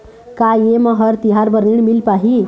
का ये म हर तिहार बर ऋण मिल पाही?